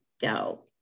go